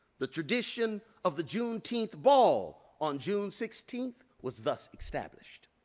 the tradition of the juneteenth ball on june sixteenth was thus established.